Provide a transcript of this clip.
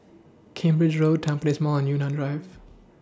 Cambridge Road Tampines Mall and Yunnan Drive